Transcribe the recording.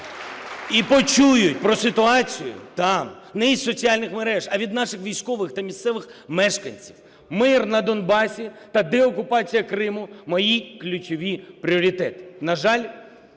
і почують про ситуацію там, не із соціальних мереж, а від наших військових та місцевих мешканців. Мир на Донбасі та деокупація Криму – мої ключові пріоритети.